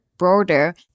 broader